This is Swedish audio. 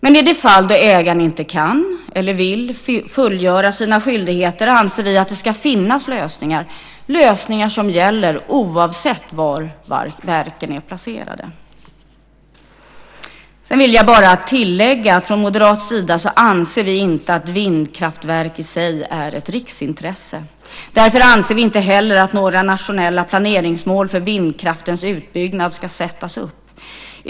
Men i de fall där ägaren inte kan eller inte vill fullgöra sina skyldigheter anser vi att det ska finnas lösningar som gäller oavsett var verken är placerade. Sedan vill jag bara tillägga att vi från moderat sida inte anser att vindkraftverk i sig är ett riksintresse. Därför anser vi inte heller att några nationella planeringsmål för vindkraftens utbyggnad ska sättas upp.